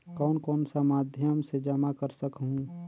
कौन कौन सा माध्यम से जमा कर सखहू?